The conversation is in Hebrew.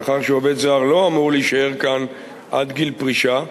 מאחר שעובד זר לא אמור להישאר כאן עד גיל פרישה,